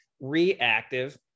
reactive